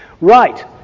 Right